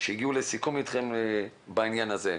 שהגיעו לסיכום איתכם בעניין הזה.